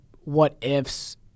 what-ifs